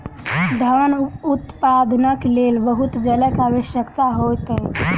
धान उत्पादनक लेल बहुत जलक आवश्यकता होइत अछि